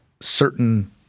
certain